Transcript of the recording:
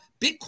Bitcoin